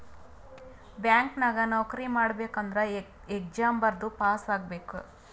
bank ನಾಗ್ ನೌಕರಿ ಮಾಡ್ಬೇಕ ಅಂದುರ್ ಎಕ್ಸಾಮ್ ಬರ್ದು ಪಾಸ್ ಆಗ್ಬೇಕ್